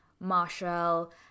Marshall